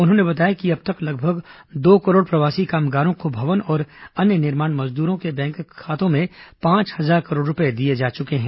उन्होंने बताया कि अब तक लगभग दो करोड़ प्रवासी कामगारों को भवन और अन्य निर्माण मजदूरों के बैंक खातों में पांच हजार करोड़ रुपये दिए गए हैं